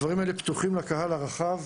הדברים האלה פתוחים לקהל הרחב.